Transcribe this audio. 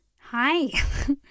Hi